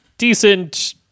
decent